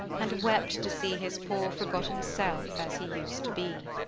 and wept to see his poor forgotten self as he used to be.